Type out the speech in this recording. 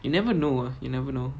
you never know you never know